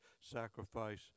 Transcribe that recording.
sacrifice